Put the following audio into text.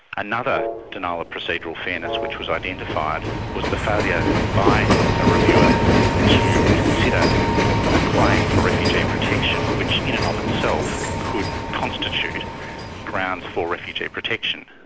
another denial of procedural fairness which was identified was the failure by a reviewer to consider a claim for refugee protection which, in and of itself, could constitute grounds for refugee protection.